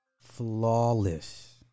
Flawless